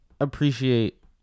appreciate